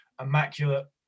immaculate